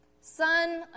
son